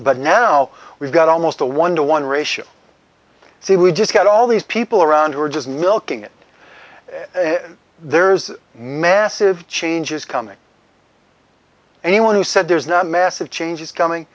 but now we've got almost a one to one ratio see we just get all these people around who are just milking it there's massive changes coming anyone who said there's not a massive change is coming